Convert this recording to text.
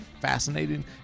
fascinating